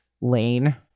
lane